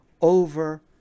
over